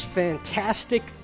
fantastic